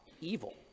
evil